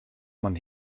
man